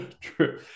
True